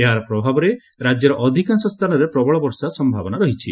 ଏହାର ପ୍ରଭାବରେ ରାଜ୍ୟର ଅଧିକାଂଶ ସ୍ରାନରେ ପ୍ରବଳ ବର୍ଷା ସମ୍ଭାବନା ରହିଛି